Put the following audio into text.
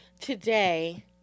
today